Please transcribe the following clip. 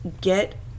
get